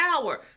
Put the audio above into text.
power